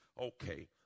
Okay